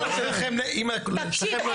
תקשיב,